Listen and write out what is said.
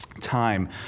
time